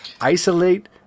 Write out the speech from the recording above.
isolate